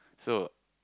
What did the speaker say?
so